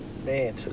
Man